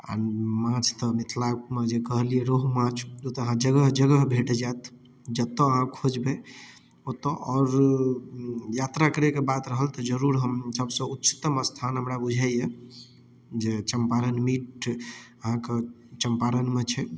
आ माछ तऽ मिथिलामे जे कहलियै रौह माछ ओ तऽ अहाँ जगह जगह भेट जाएत जतऽ अहाँ खोजबै ओतऽ आओर यात्रा करैकऽ बात रहल तऽ जरुर हम सबसँ उच्चतम स्थान हमरा बुझाइत यऽ जे चंपारण मीट अहाँकऽ चंपारणमे छै